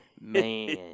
Man